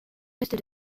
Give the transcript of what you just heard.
restent